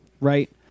right